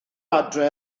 adre